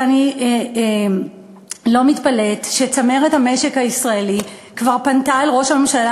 ואני לא מתפלאת שצמרת המשק הישראלי כבר פנתה אל ראש הממשלה